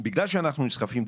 בגלל שאנחנו נסחפים,